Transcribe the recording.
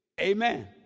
Amen